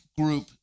group